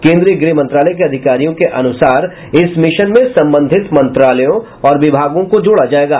केन्द्रीय गृह मंत्रालय के अधिकारियों के अनुसार इस मिशन में संबंधित मंत्रालयों और विभागों को जोड़ा जायेगा